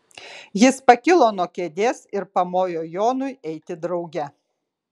jis pakilo nuo kėdės ir pamojo jonui eiti drauge